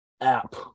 app